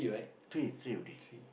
three three only